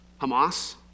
Hamas